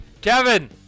Kevin